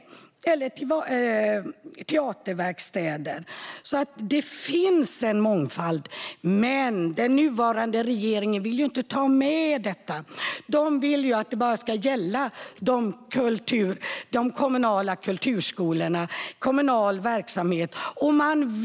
Detsamma gäller teaterverkstäder. Det finns alltså en mångfald, men den nuvarande regeringen vill inte ta med detta. Regeringen vill att det bara ska gälla de kommunala kulturskolorna och kommunal verksamhet.